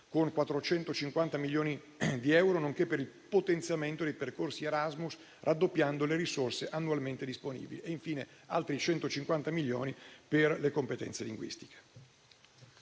con 450 milioni di euro, nonché per il potenziamento dei percorsi Erasmus, raddoppiando le risorse annualmente disponibili; infine, altri 150 milioni sono stati stanziati per le competenze linguistiche.